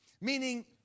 meaning